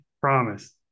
promise